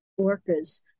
orcas